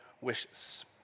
wishes